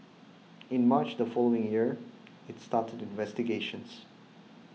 in March the following year it started investigations